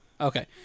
Okay